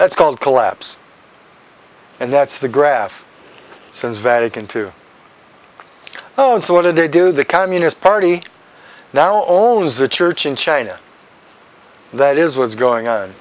that's called collapse and that's the graph since vatican two zero and so what did they do the communist party now owns the church in china that is what's going on